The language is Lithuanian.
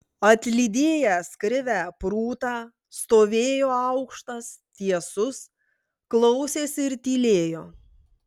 atlydėjęs krivę prūtą stovėjo aukštas tiesus klausėsi ir tylėjo